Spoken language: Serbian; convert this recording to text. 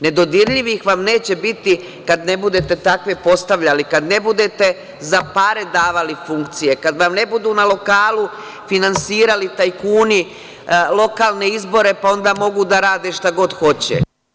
Nedodirljivih vam neće biti kad ne budete takve postavljali, kad ne budete za pare davali funkcije, kad vam ne budu na lokalu finansirali tajkuni lokalne izbore, pa onda mogu da rade šta god hoće.